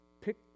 pick